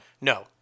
No